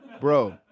bro